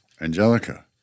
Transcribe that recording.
Angelica